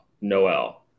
Noel